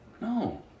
No